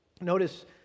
Notice